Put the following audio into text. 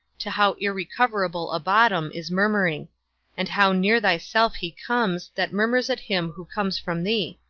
to how irrecoverable a bottom, is murmuring and how near thyself he comes, that murmurs at him who comes from thee!